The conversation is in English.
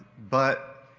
but.